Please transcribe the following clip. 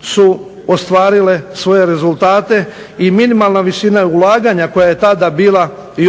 su ostvarile svoje rezultate i minimalna visina ulaganja koja je tada bila